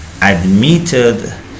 admitted